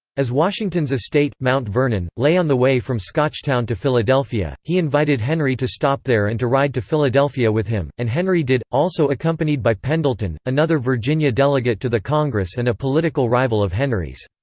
as washington's estate, mount vernon, lay on the way from scotchtown to philadelphia, he invited henry to stop there and to ride to philadelphia with him, and henry did, also accompanied by pendleton, another virginia delegate to the congress and a political rival of henry's.